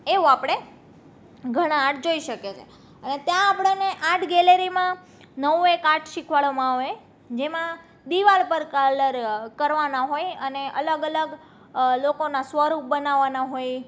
એવું આપણે ઘણાં આર્ટ જોઈ શકીએ છે અને ત્યાં આપણને આર્ટ ગેલેરીમાં નવું એક આર્ટ શીખવાડવામાં હોય જેમાં દીવાલ પર કલર કરવાના હોય અને અલગ અલગ લોકોનાં સ્વરૂપ બનાવવાનાં હોય